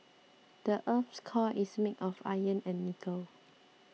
the earth's core is made of iron and nickel